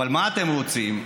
אבל מה אתם רוצים?